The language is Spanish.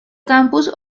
campus